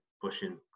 pushing